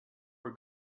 are